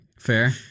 Fair